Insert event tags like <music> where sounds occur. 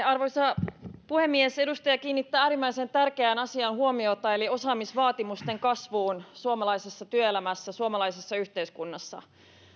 <unintelligible> arvoisa puhemies edustaja kiinnittää äärimmäisen tärkeään asiaan huomiota eli osaamisvaatimusten kasvuun suomalaisessa työelämässä ja suomalaisessa yhteiskunnassa